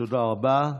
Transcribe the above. תודה רבה.